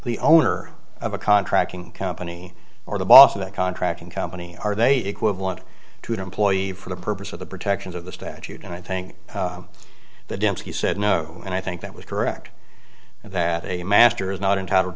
the owner of a contracting company or the boss of that contracting company are they equivalent to an employee for the purpose of the protections of the statute and i think the dempsey said no and i think that was correct and that a master is not entitled